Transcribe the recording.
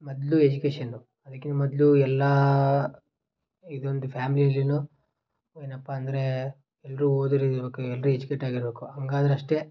ಮೊದ್ಲು ಎಜುಕೇಶನ್ನು ಅದಕ್ಕಿಂತ ಮೊದ್ಲು ಎಲ್ಲ ಇದೊಂದು ಫ್ಯಾಮಿಲಿಯಲ್ಲಿನೂ ಏನಪ್ಪ ಅಂದರೆ ಎಲ್ಲರೂ ಓದೋರಿರಬೇಕು ಎಲ್ಲರೂ ಎಜುಕೇಟಾಗಿರಬೇಕು ಹಾಗಾದ್ರಷ್ಟೇ